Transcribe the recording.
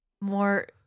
More